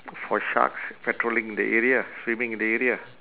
for sharks patrolling the area swimming in the area